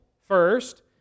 first